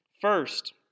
First